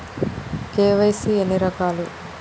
KYC ఎన్ని రకాలు?